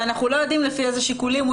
ואנחנו לא יודעים לפי איזה שיקולים הוא